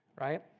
right